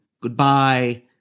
goodbye